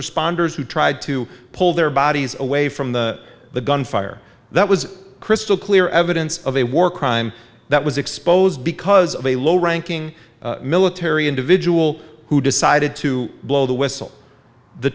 responders who tried to pull their bodies away from the the gunfire that was crystal clear evidence of a war crime that was exposed because of a low ranking military individual who decided to blow the whistle the